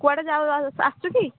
କୁଆଡ଼େ ଆସଛୁ କି